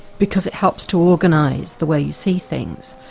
because it helps to organise the way you see things.